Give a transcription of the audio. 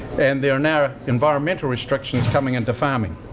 and there are now environmental restrictions coming into farming.